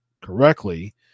correctly